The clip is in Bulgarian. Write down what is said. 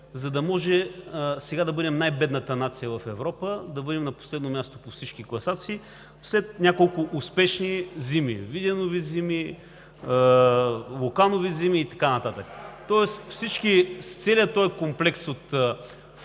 за да може сега да бъдем най-бедната нация в Европа, да бъдем на последно място по всички класации, след няколко „успешни“ зими – виденови зими, луканови зими и така нататък. (Шум и реплики.) Целият този комплекс от фактори